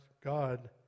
God